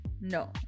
No